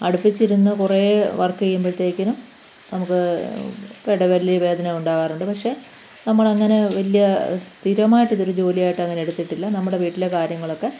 അടുപ്പിച്ചിരുന്ന് കുറേ വർക്ക് ചെയ്യുമ്പഴത്തേക്കിനും നമുക്ക് പിടലി വേദന ഉണ്ടാകാറുണ്ട് പക്ഷെ നമ്മൾ അങ്ങനെ വലിയ സ്ഥിരമായിട്ട് ഇതൊരു ജോലിയായിട്ട് അങ്ങനെ എടുത്തിട്ടില്ല നമ്മുടെ വീട്ടിലെ കാര്യങ്ങളൊക്കെ